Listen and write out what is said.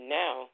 now